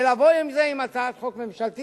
ולבוא עם זה עם הצעת חוק ממשלתית,